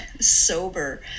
sober